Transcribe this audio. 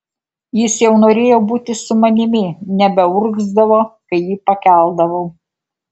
jis jau norėjo būti su manimi nebeurgzdavo kai jį pakeldavau